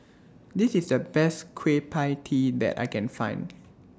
This IS The Best Kueh PIE Tee that I Can Find